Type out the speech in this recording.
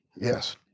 Yes